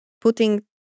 putting